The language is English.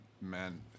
man